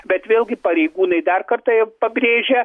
bet vėlgi pareigūnai dar kartą jie pabrėžia